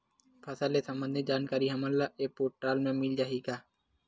फसल ले सम्बंधित जानकारी हमन ल ई पोर्टल म मिल जाही का?